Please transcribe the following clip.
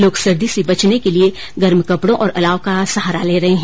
लोग सर्दी से बचने के लिए गर्म कपड़ों और अलाव का सहारा ले रहे है